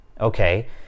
Okay